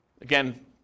Again